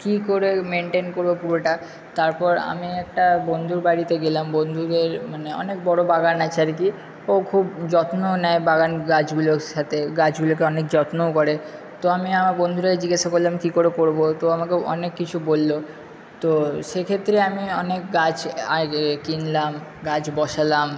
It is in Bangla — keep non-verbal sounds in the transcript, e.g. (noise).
কি করে মেনটেন করব পুরোটা তারপর আমি একটা বন্ধুর বাড়িতে গেলাম বন্ধুদের মানে অনেক বড় বাগান আছে আর কি ও খুব যত্ন নেয় বাগান গাছগুলোর সাথে গাছগুলোকে অনেক যত্নও করে তো আমি আমার বন্ধুটাকে জিজ্ঞাসা করলাম কী করে করব তো আমাকে অনেক কিছু বলল তো সেক্ষেত্রে আমি অনেক গাছ (unintelligible) কিনলাম গাছ বসালাম